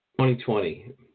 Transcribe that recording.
2020